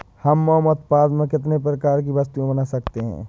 हम मोम उत्पाद से कितने प्रकार की वस्तुएं बना सकते हैं?